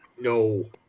No